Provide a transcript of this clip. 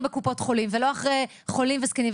בקופות חולים ולא אחרי חולים וזקנים,